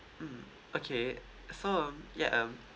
mm okay so um ya um